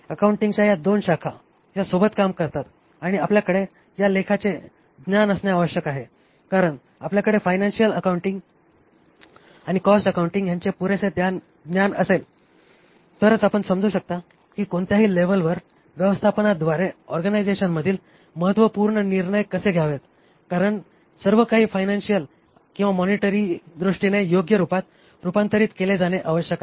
अकाउंटिंगच्या या दोन शाखा ह्या सोबत काम करतात आणि आपल्याकडे या लेखाचे ज्ञान असणे आवश्यक आहे कारण आपल्याकडे फायनान्शियल अकाउंटिंग आणि कॉस्ट अकाउंटिंग यांचे पुरेसे ज्ञान असेल तरच आपण समजू शकता की कोणत्याही लेव्हलवर व्यवस्थापनाद्वारे ऑर्गनायझेशनमधील महत्त्वपूर्ण निर्णय कसे घ्यावेत कारण सर्वकाही फायनान्शियल किंवा मॉनिटरी दृष्टीने योग्य रूपात रूपांतरित केले जाणे आवश्यक आहे